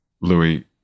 Louis